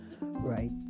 right